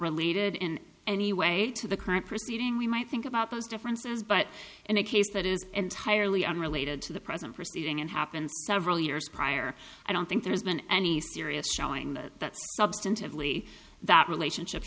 related in any way to the current proceeding we might think about those differences but in a case that is entirely unrelated to the present proceeding and happened several years prior i don't think there's been any serious showing that that substantively that relationship